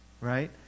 right